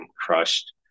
crushed